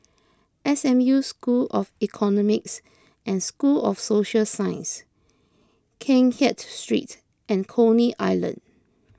S M U School of Economics and School of Social Sciences Keng Kiat Street and Coney Island